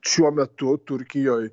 šiuo metu turkijoj